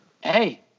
Hey